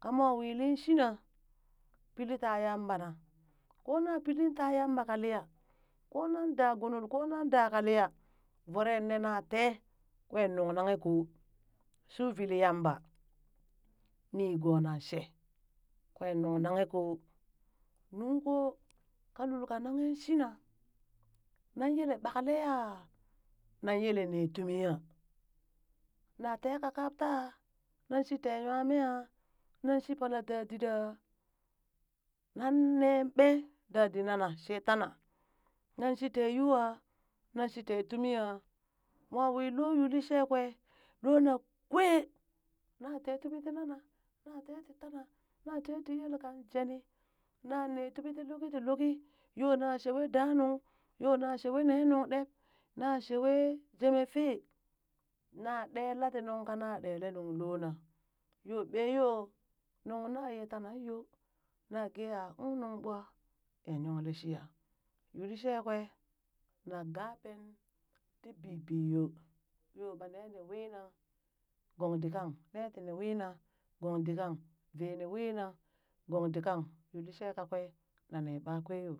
ka moo wili shina pili taa yamba naa koo na pilee ta yamba kaa liya koo nan da gunul koo nan daa ka liya voroe nee na tee kwee nuŋ nanghe koo, shuuvili yamba niigoo nan shee, kwee nuŋ nanghe koo, nung ko ka lul ka nanghen shina, nan yele ɓakle ya nan yele nee tumii yaa, naa tee kakap taa nan shi tee nwa mee aa, nan shi pala dadit aa, nan ne ɓee dadit nana shee tana, nan shi tee yuu aa, nan shi tee tumii aa, moo wi loo yuulishee kwee loona kwee na tee tumi nana na tee ti tana na tee tii yelkan jeni nane tumi ti luki ti luki, yoo na shewe danuŋ, yoo na shewee nuŋ deb, na shewee jemee fii, naɗee laɗi ti nuŋ kana ɗele nung loona, yoo ɓee yoo nuŋ na yee tanan yoo, na gee aa uŋ nuŋ ɓwa ya yungle shiyaa, yuulishee kwee na gapeen tii bibii yo, yo ɓa ne ni wii na gong dit kang, ne tini wiinan gong dit kang, vee ni wiina gong dit kang yuu lishee ka kwee na nee ɓakwee yoo.